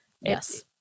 yes